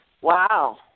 Wow